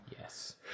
Yes